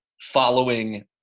following